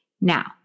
Now